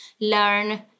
learn